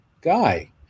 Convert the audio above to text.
guy